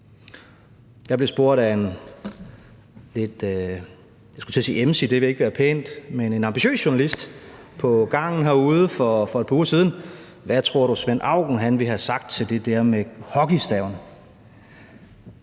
være pænt – ambitiøs journalist på gangen herude for et par uger siden: Hvad tror du, Svend Auken ville have sagt til det der med hockeystaven?